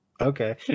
Okay